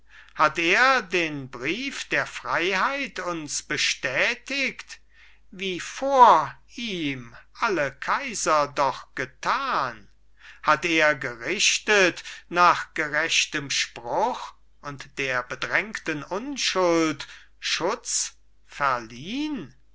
hat er den brief der freiheit uns bestätigt wie vor ihm alle kaiser doch getan hat er gerichtet nach gerechtem spruch und der bedrängten unschuld schutz verliehn